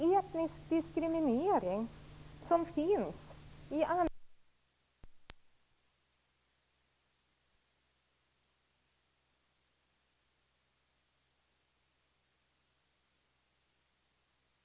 Etnisk diskriminering finns i anställningsförfarandet men är ofta dold. Hur skall man kunna lösa det avtalsvägen och i Arbetsrättskommissionen?